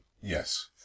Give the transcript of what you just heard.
Yes